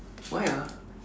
why ah